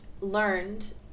learned